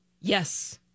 Yes